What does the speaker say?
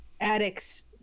addicts